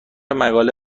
مقاله